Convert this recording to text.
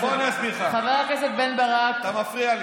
תגיד לי,